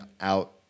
out